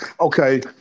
Okay